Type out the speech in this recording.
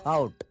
Out